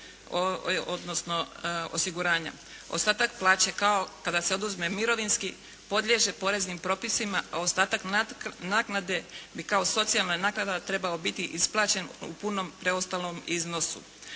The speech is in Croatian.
odnosno osiguranja. Ostatak plaće kao kada se oduzme mirovinski podliježe poreznim propisima a ostatak naknade bi kao socijalna naknada trebao biti isplaćen u punom preostalom iznosu